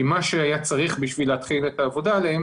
מה שהיה צריך כדי להתחיל את העבודה עליהן